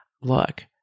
look